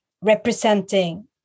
representing